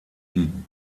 die